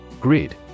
Grid